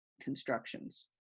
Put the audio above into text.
constructions